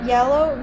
Yellow